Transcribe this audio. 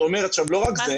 לא רק זה,